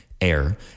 air